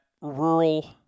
rural